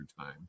time